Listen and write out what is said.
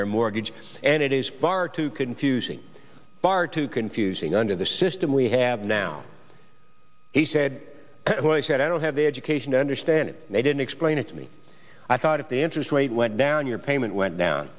their mortgage and it is far too confusing far too confusing under the system we have now he said when he said i don't have the education to understand it they didn't explain it to me i thought if the interest rate went down your payment went down